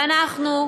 ואנחנו,